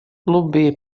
любые